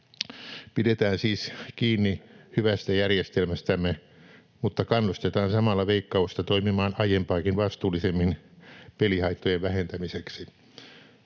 Pidetään siis kiinni hyvästä järjestelmästämme mutta kannustetaan samalla Veikkausta toimimaan aiempaakin vastuullisemmin pelihaittojen vähentämiseksi.